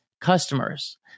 customers